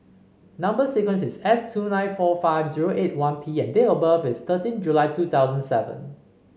number sequence is S two nine four five zero eight one P and date of birth is thirteen July two thousand seven